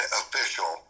official